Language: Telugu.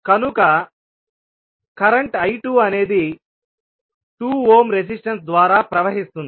కనుక కరెంట్ I2అనేది 2 ఓమ్ రెసిస్టన్స్ ద్వారా ప్రవహిస్తుంది